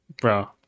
bro